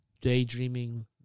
daydreaming